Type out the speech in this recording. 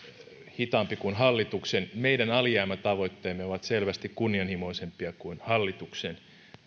hitaampi kuin hallituksen meidän alijäämätavoitteemme ovat selvästi kunnianhimoisempia kuin hallituksen